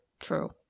true